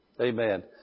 Amen